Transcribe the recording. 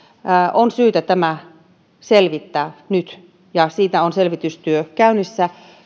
on syytä selvittää nyt nimenomaan siitä että kansalainen on oikean etuuden piirissä on selvitystyö käynnissä